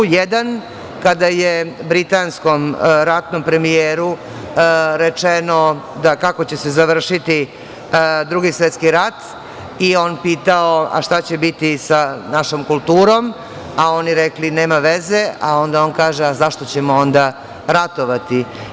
Jedan, kada je britanskom ratnom premijeru rečeno kako će se završiti Drugi svetski rat, a on je pitao – šta će biti sa našom kulturom, a oni rekli – nema veze, a onda on kaže – a zašto ćemo onda ratovati?